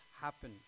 happen